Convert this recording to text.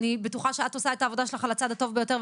אני בטוחה שאת עושה את העבודה שלך על הצד הטוב ביותר,